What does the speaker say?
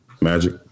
Magic